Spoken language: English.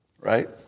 right